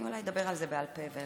אני אולי אדבר בעל פה.